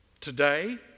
Today